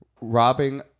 robbing